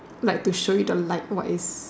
like to show you the likewise